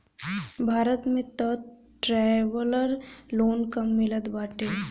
भारत में तअ traveller loan कम मिलत बाटे